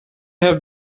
have